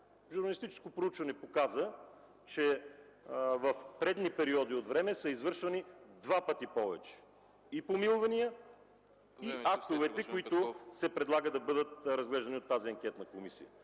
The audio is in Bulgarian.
Журналистическо проучване показа, че в предишни периоди от време са извършвани два пъти повече – и помилвания, и актове, които се предлагат да бъдат разглеждани от тази анкетна комисия.